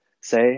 say